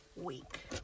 week